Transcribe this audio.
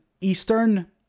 Eastern